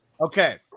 Okay